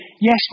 Yes